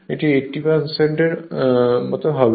এটি 80 এর হবে